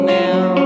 now